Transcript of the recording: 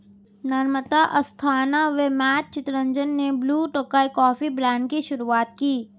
नम्रता अस्थाना व मैट चितरंजन ने Blue Tokai coffee brand की शुरुआत की